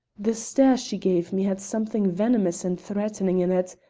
the stare she gave me had something venomous and threatening in it.